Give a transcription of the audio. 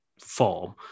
form